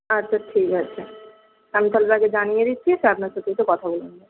আচ্ছা ঠিক আছে আমি তাহলে তাকে জানিয়ে দিচ্ছি সে আপনার সাথে একটু কথা বলে নেবে